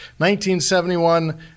1971